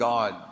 God